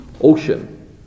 ocean